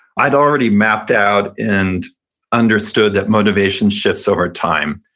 i'd already mapped out and understood that motivation shifts over time.